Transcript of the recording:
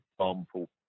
example